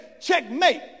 checkmate